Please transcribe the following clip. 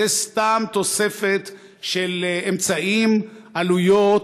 זו סתם תוספת של אמצעים, עלויות,